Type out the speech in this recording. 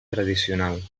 tradicional